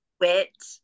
wit